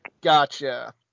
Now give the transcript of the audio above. gotcha